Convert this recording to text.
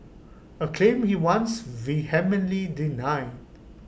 A claim he once vehemently denied